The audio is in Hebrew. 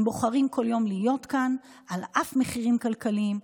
הם בוחרים כל יום להיות כאן על אף מחירים כלכליים,